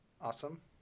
Awesome